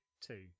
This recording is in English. two